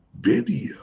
video